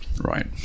Right